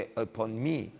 ah upon me